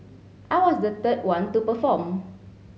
I was the third one to perform